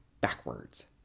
backwards